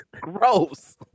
gross